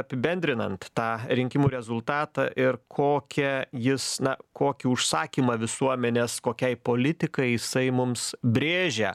apibendrinant tą rinkimų rezultatą ir kokią jis na kokį užsakymą visuomenės kokiai politikai jisai mums brėžia